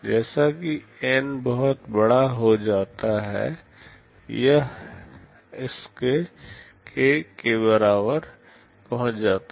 जैसा कि N बहुत बड़ा हो जाता है यह Sk k के बराबर पहुंच जाता है